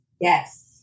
Yes